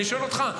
אני שואל אותך,